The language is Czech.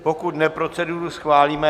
Pokud ne, proceduru schválíme.